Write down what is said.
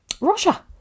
Russia